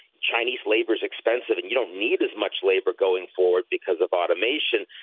chinese labor is expensive, and you don't need as much labor going forward because of automation.